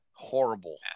Horrible